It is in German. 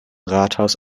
rathaus